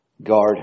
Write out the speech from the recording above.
Guard